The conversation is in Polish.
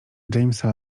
jamesa